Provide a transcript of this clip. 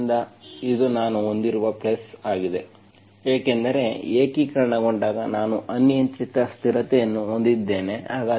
ಆದ್ದರಿಂದ ಇದು ನಾನು ಹೊಂದಿರುವ ಪ್ಲಸ್ ಆಗಿದೆ ಏಕೆಂದರೆ ಏಕೀಕರಣಗೊಂಡಾಗ ನಾನು ಅನಿಯಂತ್ರಿತ ಸ್ಥಿರತೆಯನ್ನು ಹೊಂದಿದ್ದೇನೆ